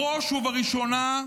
בראש ובראשונה,